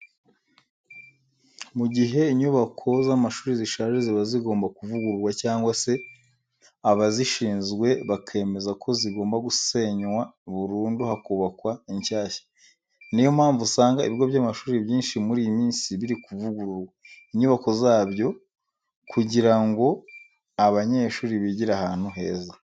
Mu gihe inyubako z'amashuri zishaje ziba zigomba kuvugururwa cyangwa se abazishinzwe bakemeza ko zigomba gusenwa burundu hakubakwa inshyashya. Niyo mpamvu usanga ibigo by'amashuri byinshi muri iyi minsi biri kuvugurura inyubako zabyo kugira ngo abanyeshuri bigire ahantu heza.